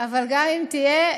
אבל גם אם תהיה,